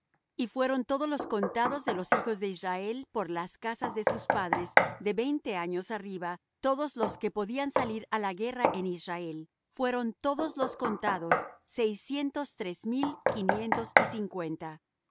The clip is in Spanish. y fueron todos los contados de los hijos de israel por las casas de sus padres de veinte años arriba todos los que podían salir á la guerra en israel fueron todos los contados seiscientos tres mil quinientos y cincuenta